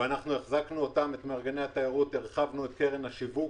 החזקנו את מארגני התיירות, הרחבנו את קרן השיווק,